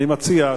אני מציע,